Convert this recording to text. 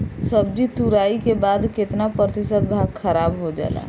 सब्जी तुराई के बाद केतना प्रतिशत भाग खराब हो जाला?